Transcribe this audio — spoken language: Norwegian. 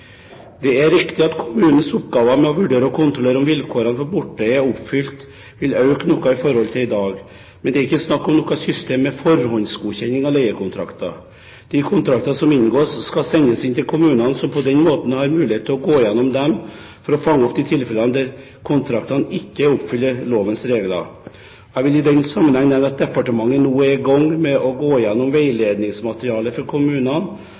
kommunens oppgaver med å vurdere og kontrollere om vilkårene for bortleie er oppfylt, vil øke noe i forhold til i dag, men det er ikke snakk om noe system med forhåndsgodkjenning av leiekontrakter. De kontraktene som inngås, skal sendes inn til kommunene, som på den måten har mulighet til å gå gjennom dem for å fange opp de tilfellene der kontraktene ikke oppfyller lovens regler. Jeg vil i den sammenheng nevne at departementet nå er i gang med å gå gjennom veiledningsmaterialet for kommunene